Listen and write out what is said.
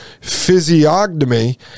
physiognomy